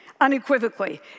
unequivocally